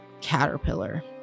caterpillar